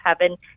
heaven